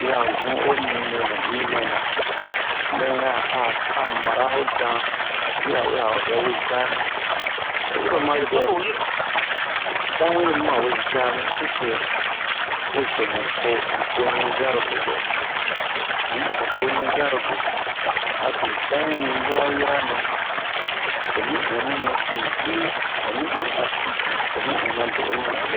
Yi a ho zun'o mimɛ mimɛna mɛya a a mara ho dan yirawe a ho bɛ we jamɛ oyi ro oma dɛmu dan yiro mi ma we jamɛ ese'e mɛ coro mu po mu po ɲu jarobe dɛ um mu po ɲu jarobe abe dan yi yoro wo yoronɛ omi in mu ɲusin ji omi in ma ti ji omi in ma do'onu ji